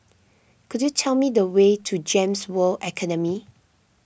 could you tell me the way to Gems World Academy